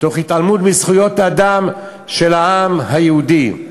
תוך התעלמות מזכויות האדם של העם היהודי.